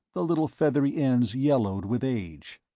the little feathery ends yellowed with age.